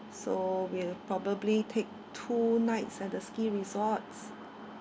so we'll probably take two nights at the ski resort